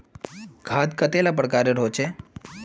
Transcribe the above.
खाद कतेला प्रकारेर होचे?